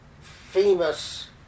famous